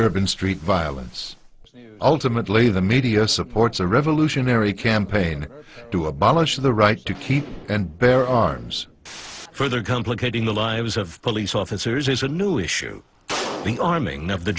urban street violence ultimately the media supports a revolutionary campaign to abolish the right to keep and bear arms further complicating the lives of police officers is a new issue the arming